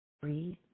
Breathe